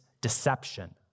deception